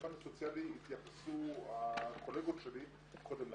לפן הסוציאלי התייחסו הקולגות שלי קודם לכן.